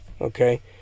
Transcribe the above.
Okay